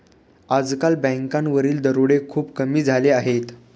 आजकाल बँकांवरील दरोडे खूप कमी झाले आहेत